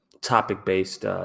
topic-based